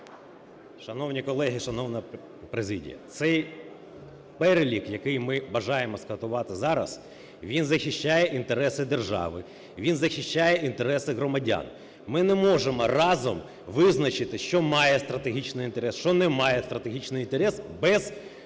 Шановні колеги, шановна президія, цей перелік, який ми бажаємо скасувати зараз, він захищає інтереси держави, він захищає інтереси громадян. Ми не можемо разом визначити, що має стратегічний інтерес, що не має стратегічний інтерес без аудиту,